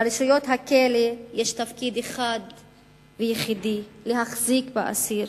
לרשויות הכלא יש תפקיד אחד ויחידי: להחזיק באסיר,